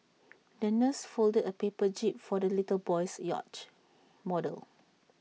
the nurse folded A paper jib for the little boy's yacht model